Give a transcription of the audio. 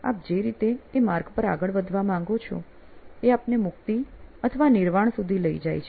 આપ જે રીતે એ માર્ગ પર આગળ વધવા માંગો છો એ આપને મુક્તિ અથવા નિર્વાણ સુધી લઇ જાય છે